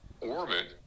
orbit